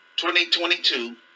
2022